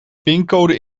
pincode